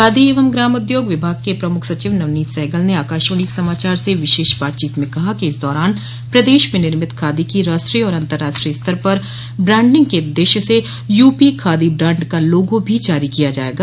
खादी एवं ग्रामोद्योग विभाग के प्रमुख सचिव नवनीत सहगल ने आकाशवाणी समाचार से विशेष बातचीत में कहा कि इस दौरान प्रदेश में निर्मित खादी की राष्ट्रीय और अतंर्राष्ट्रीय स्तर पर ब्रांडिंग के उद्देश्य से य्पी खादी ब्रांड का लोगो भी जारी किया जायेगा